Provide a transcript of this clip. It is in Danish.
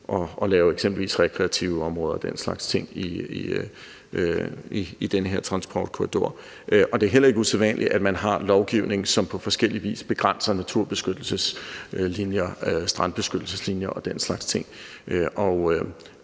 at lave eksempelvis rekreative områder og den slags ting i den her transportkorridor, og det er heller ikke usædvanligt, at man har lovgivning, som på forskellig vis begrænser naturbeskyttelseslinjer, strandbeskyttelseslinjer og den slags ting.